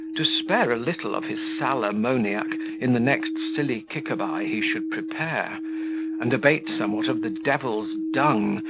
to spare a little of his sal ammoniac in the next sillykicaby he should prepare and abate somewhat of the devil's dung,